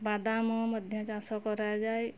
ବାଦାମ ମଧ୍ୟ ଚାଷ କରାଯାଏ